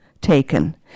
taken